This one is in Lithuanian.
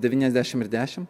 devyniasdešim ir dešim